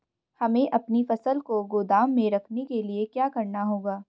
हमें अपनी फसल को गोदाम में रखने के लिये क्या करना होगा?